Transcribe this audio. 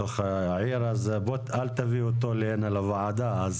אז אל תביא אותו הנה לוועדה.